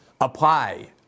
apply